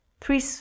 three